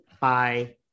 Bye